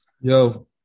Yo